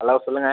hello சொல்லுங்க